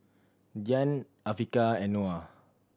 Dian Afiqah and Noah